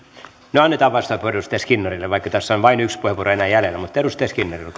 no annetaan vastauspuheenvuoro edustaja skinnarille vaikka tässä on vain yksi puheenvuoro enää jäljellä edustaja skinnari olkaa